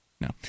no